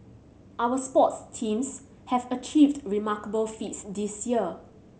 our sports teams have achieved remarkable feats this year